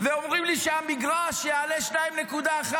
ואומרים לי שהמגרש יעלה 2.1,